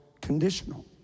conditional